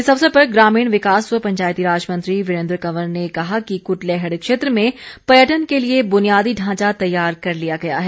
इस अवसर पर ग्रामीण विकास व पंचायतीराज मंत्री वीरेन्द्र कंवर ने कहा कि क्टलैहड़ क्षेत्र में पर्यटन के लिए बुनियादी ढांचा तैयार कर लिया गया है